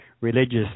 religious